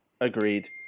Agreed